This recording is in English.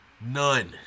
None